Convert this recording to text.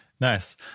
Nice